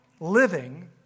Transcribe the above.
living